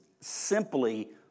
simply